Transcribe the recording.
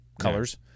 colors